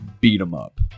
beat-em-up